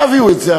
תביאו את זה,